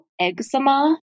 eczema